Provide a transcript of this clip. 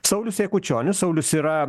saulius jakučionis saulius yra